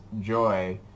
joy